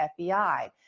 FBI